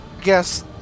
guess